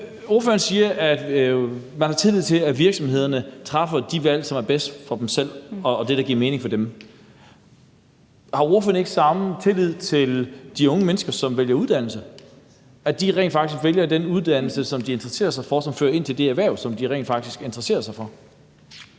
ordføreren siger, om, at man har tillid til, at virksomhederne træffer de valg, som er bedst for dem selv, og som giver mening for dem. Har ordføreren ikke samme tillid til de unge mennesker, som vælger uddannelse – at de rent faktisk vælger den uddannelse, som de interesserer sig for, og som fører ind til det erhverv, som de rent faktisk interesserer sig for?